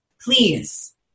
please